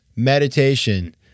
Meditation